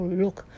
look